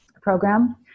program